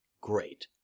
Great